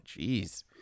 jeez